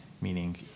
meaning